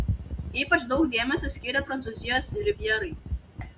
ypač daug dėmesio skyrė prancūzijos rivjerai